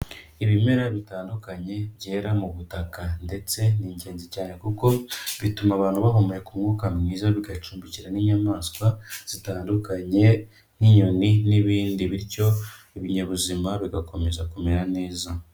Ibimera bitandukanye byera mu butaka ndetse ni ingenzi cyane kuko bituma abantu bahumeka umwuka mwiza, bigacumbikira n'inyamaswa zitandukanye nk'inyoni n'ibindi, bityo ibinyabuzima bigakomeza kumera neza.